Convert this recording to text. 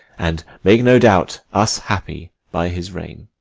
and make, no doubt, us happy by his reign.